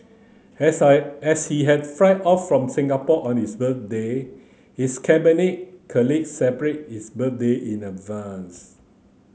as I as he had fly off from Singapore on his birthday his Cabinet colleagues celebrated his birthday in advance